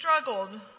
struggled